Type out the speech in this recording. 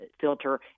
filter